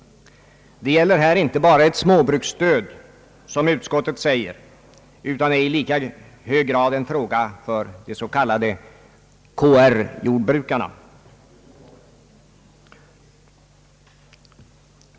Det gäller här inte bara ett småbruksstöd, som utskottet säger, utan detta är i lika hög grad en fråga för de s.k. KR-jordbruken.